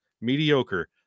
mediocre